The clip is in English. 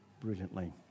brilliantly